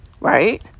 right